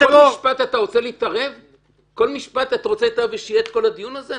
אז כל משפט אתה רוצה להתערב ושיהיה את כל הדיון הזה?